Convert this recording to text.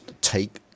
take